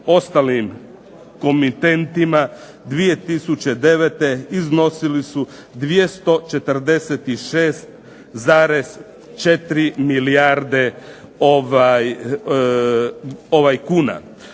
ostalim komitentima 2009. iznosili su 246,4 milijarde kuna.